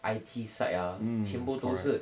I_T side ah 全部都是